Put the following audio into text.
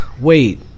wait